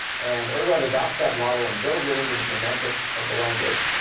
and ur web adopts that model and builds it into the semantics of the language.